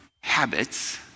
habits